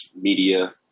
media